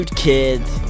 kids